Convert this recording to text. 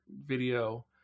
video